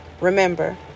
Remember